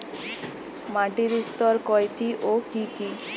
মাটির স্তর কয়টি ও কি কি?